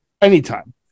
Anytime